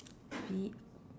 V